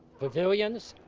pavilions,